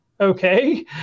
Okay